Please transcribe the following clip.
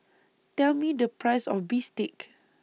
Tell Me The Price of Bistake